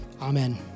Amen